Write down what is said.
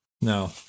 no